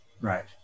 Right